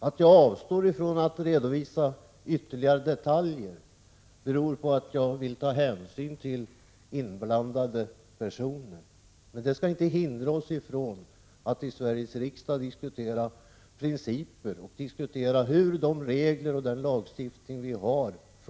Att jag avstår från att redovisa ytterligare detaljer beror på att jag vill ta hänsyn till inblandade personer. Detta skall inte hindra oss från att i Sveriges riksdag diskutera principer och funktionen av de regler och lagar som vi har.